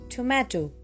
Tomato